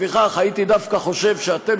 לפיכך הייתי דווקא חושב שאתם,